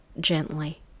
gently